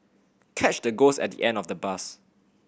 catch the ghost at the end of the bus